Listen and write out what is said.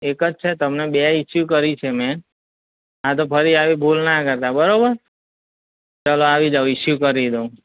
એક જ છે તમને બે ઇસ્યુ કરી છે મેં હા તો ફરી આવી ભૂલ ના કરતા બરાબર ચાલો આવી જાઓ ઇસ્યુ કરી દઉં